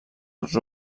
els